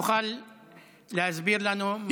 תוכל להסביר לנו מה הייתה הבדיחה?